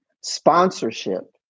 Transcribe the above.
Sponsorship